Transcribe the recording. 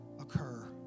occur